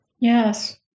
Yes